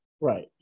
right